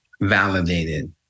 validated